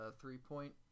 three-point